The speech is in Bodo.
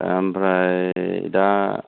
ओमफ्राय दा